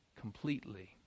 completely